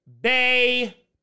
Bay